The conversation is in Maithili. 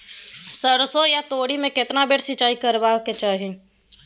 सरसो या तोरी में केतना बार सिंचाई करबा के चाही?